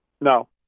No